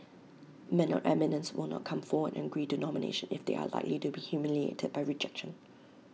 men of eminence will not come forward and agree to nomination if they are likely to be humiliated by rejection